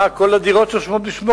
מה כל הדירות שרשומות על שמו?